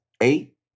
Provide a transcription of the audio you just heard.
eight